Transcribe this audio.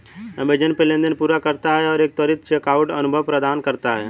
Amazon Pay लेनदेन पूरा करता है और एक त्वरित चेकआउट अनुभव प्रदान करता है